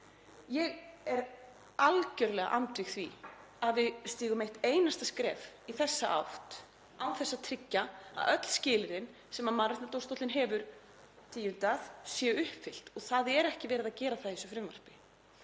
Ég er algerlega andvíg því að við stígum eitt einasta skref í þessa átt án þess að tryggja að öll skilyrðin sem Mannréttindadómstóllinn hefur tíundað séu uppfyllt og það er ekki verið að gera það í þessu frumvarpi.